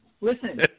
Listen